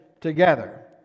together